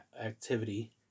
activity